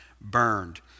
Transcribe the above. burned